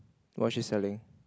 what you selling